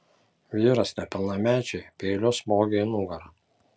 vyras nepilnamečiui peiliu smogė į nugarą